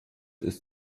ist